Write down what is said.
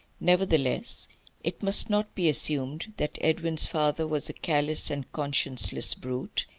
nevertheless it must not be assumed that edwin's father was a callous and conscienceless brute,